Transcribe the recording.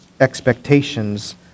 expectations